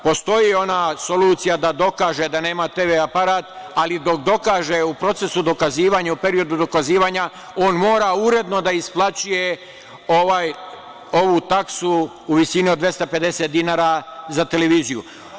Postoji ona solucija da dokaže da nema TV aparat, ali dok dokaže, u procesu dokazivanja, u periodu dokazivanja on mora uredno da isplaćuje ovu taksu u visini od 250 dinara za televiziju.